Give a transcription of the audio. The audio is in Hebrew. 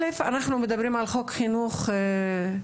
ראשית אנחנו מדברים על חוק חינוך חינם,